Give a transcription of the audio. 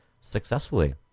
successfully